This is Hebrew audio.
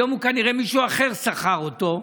היום נראה שמישהו אחר שכר אותו,